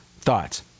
Thoughts